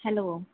hello